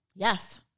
Yes